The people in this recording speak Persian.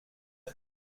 هستم